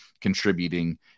contributing